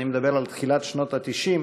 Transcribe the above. אני מדבר על תחילת שנות ה-90,